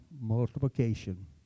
multiplication